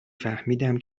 فهمیدم